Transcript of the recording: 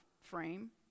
frame